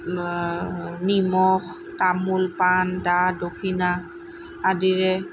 নিমখ তামোল পাণ দা দক্ষিণা আদিৰে